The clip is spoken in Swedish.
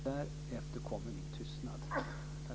Därefter kommer min tystnad.